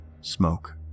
Smoke